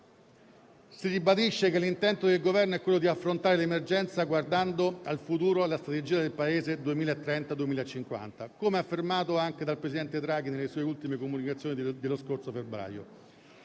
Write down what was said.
si ribadisce che l'intento del Governo è quello di affrontare l'emergenza guardando al futuro e alla strategia del Paese 2030-2050, come affermato anche dal presidente Draghi nelle sue ultime comunicazioni dello scorso febbraio.